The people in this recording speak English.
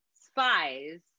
spies